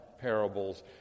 parables